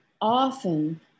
often